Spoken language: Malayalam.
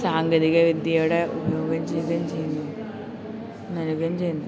സാങ്കേതിക വിദ്യയുടെ ഉപയോഗം ചെയ്യുകയും ചെയ്യുന്നു നൽകുകയും ചെയ്യുന്നു